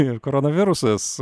ir koronavirusas